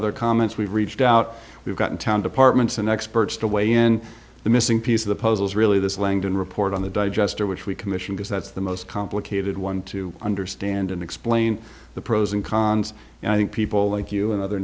other comments we've reached out we've got in town departments and experts to weigh in the missing piece of the puzzle is really this langdon report on the digester which we commissioned is that's the most complicated one to understand and explain the pros and cons and i think people like you and other